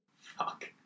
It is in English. Fuck